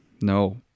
No